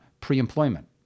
pre-employment